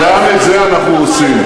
גם את זה אנחנו עושים.